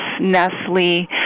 Nestle